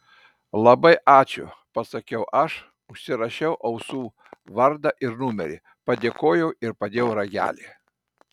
labai ačiū pasakiau aš užsirašiau ausų vardą ir numerį padėkojau ir padėjau ragelį